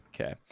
Okay